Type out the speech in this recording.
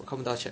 看不到 chat